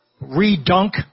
re-dunk